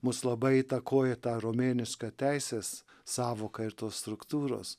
mus labai įtakoja ta romėniška teisės sąvoka ir tos struktūros